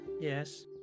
Yes